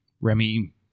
Remy